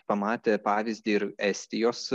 pamatę pavyzdį ir estijos